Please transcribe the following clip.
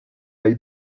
hay